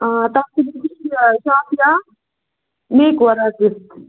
آ تَتھ پٮ۪ٹھ شافیع میک اوَور